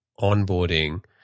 onboarding